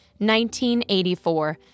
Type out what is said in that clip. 1984